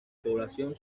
población